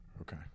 okay